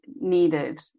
needed